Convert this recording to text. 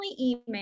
email